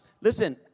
listen